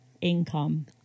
income